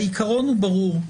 העיקרון הוא ברור.